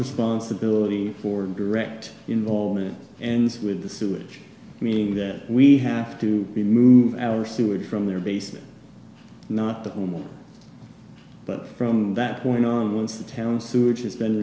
responsibility for direct involvement and with the sewage meaning that we have to remove our sewer from their basement not the homeowner but from that point on once the town's sewage has been